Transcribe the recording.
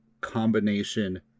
combination